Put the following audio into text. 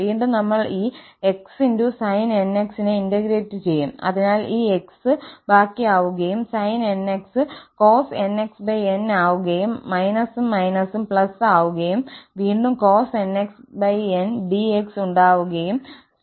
വീണ്ടും നമ്മൾ ഈ 𝑥sin𝑛𝑥 നെ ഇന്റഗ്രേറ്റ് ചെയ്യും അതിനാൽ ഈ 𝑥 ബാക്കിയാവുകയും sin𝑛𝑥 cosnxnആകുകയും ′−′ ഉം ′−′ ഉം ′′ ആകുകയും വീണ്ടും cosnxn𝑑𝑥 ഉണ്ടാകുകയും ചെയ്യും